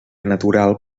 natural